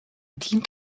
dient